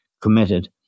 committed